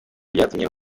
byatumye